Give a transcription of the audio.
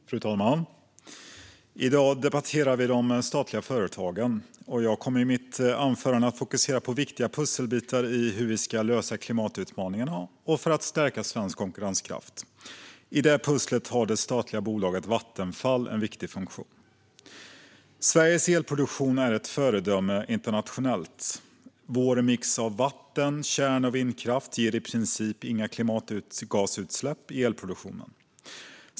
Fru talman! I dag debatterar vi de statliga företagen. Jag kommer i mitt anförande att fokusera på viktiga pusselbitar för hur vi ska lösa klimatutmaningarna och för att stärka svensk konkurrenskraft. I det pusslet har det statliga bolaget Vattenfall en viktig funktion. Sveriges elproduktion är ett föredöme internationellt. Vår mix av vatten, kärn och vindkraft ger i princip inga klimatgasutsläpp i elproduktionen.